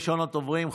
ראשון הדוברים,